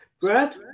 Brad